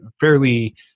fairly